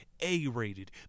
A-rated